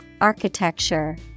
architecture